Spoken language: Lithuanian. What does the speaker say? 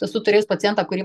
esu turėjus pacientą kurį